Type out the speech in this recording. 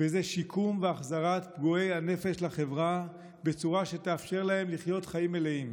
וזה שיקום והחזרת פגועי הנפש לחברה בצורה שתאפשר להם לחיות חיים מלאים.